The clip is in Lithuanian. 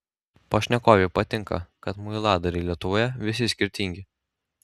pašnekovei patinka kad muiladariai lietuvoje visi skirtingi